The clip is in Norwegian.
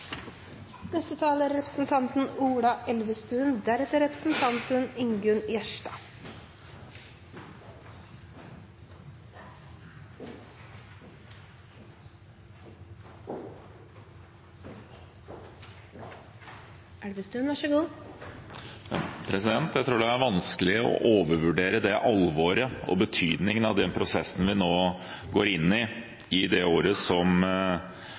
Jeg tror det er vanskelig å overvurdere alvoret i og betydningen av den prosessen vi nå går inn i, i det året som